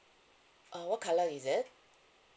uh what colour is it